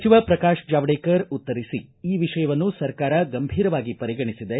ಸಚಿವ ಪ್ರಕಾಶ್ ಜಾವಡೇಕರ್ ಉತ್ತರಿಸಿ ಈ ವಿಷಯವನ್ನು ಸರ್ಕಾರ ಗಂಭೀರವಾಗಿ ಪರಿಗಣಿಸಿದೆ